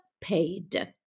paid